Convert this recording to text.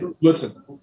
Listen